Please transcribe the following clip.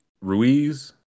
Ruiz